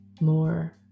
more